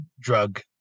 drug